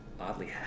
oddly